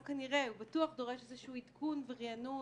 לא כנראה, הוא בטוח דורש איזשהו עדכון ורענון.